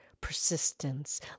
persistence